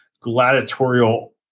gladiatorial